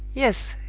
yes,